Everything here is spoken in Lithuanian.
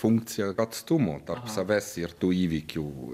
funkcija atstumo tarp savęs ir tų įvykių